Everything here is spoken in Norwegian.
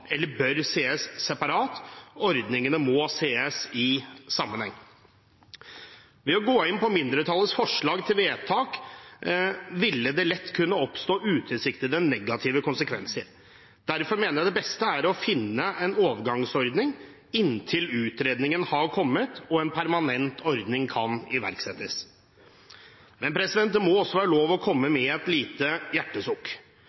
eller bør ses separat. Ordningene må ses i sammenheng. Ved å gå inn på mindretallets forslag til vedtak ville det lett kunne oppstå utilsiktede, negative konsekvenser. Derfor mener jeg det beste er å finne en overgangsordning inntil utredningen har kommet og en permanent ordning kan iverksettes. Det må også være lov å komme